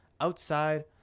outside